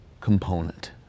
component